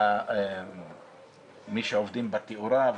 מי שעובדים בתאורה,